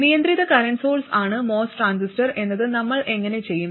നിയന്ത്രിത current source ആണ് MOS transistor എന്നത് നമ്മൾ എങ്ങനെ ചെയ്യും